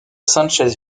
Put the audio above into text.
sánchez